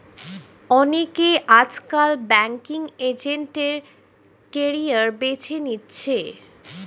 অনেকে আজকাল banking agent এর ক্যারিয়ার বেছে নিচ্ছে